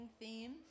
theme